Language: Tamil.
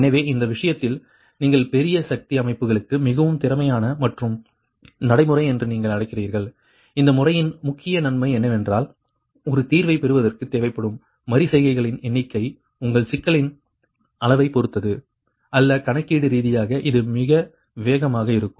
எனவே இந்த விஷயத்தில் நீங்கள் பெரிய சக்தி அமைப்புகளுக்கு மிகவும் திறமையான மற்றும் நடைமுறை என்று நீங்கள் அழைக்கிறீர்கள் இந்த முறையின் முக்கிய நன்மை என்னவென்றால் ஒரு தீர்வைப் பெறுவதற்குத் தேவைப்படும் மறு செய்கைகளின் எண்ணிக்கை உங்கள் சிக்கலின் அளவைப் பொறுத்தது அல்ல கணக்கீடு ரீதியாக இது மிக வேகமாக இருக்கும்